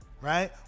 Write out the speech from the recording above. right